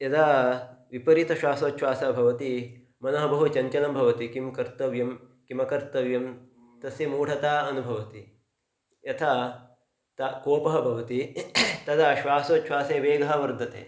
यदा विपरीतश्वासोछ्वासः भवति मनः बहु चञ्चनं भवति किं कर्तव्यं किमकर्तव्यं तस्य मूढता अनुभवति यथा तु कोपः भवति तदा श्वासोछ्वासे वेगः वर्धते